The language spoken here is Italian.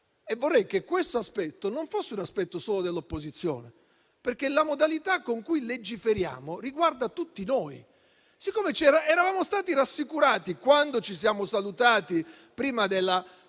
Vorrei che questo aspetto non riguardasse solo l'opposizione, perché la modalità con cui legiferiamo riguarda tutti noi. Eravamo stati rassicurati, quando ci siamo salutati prima della